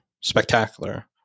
spectacular